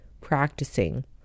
practicing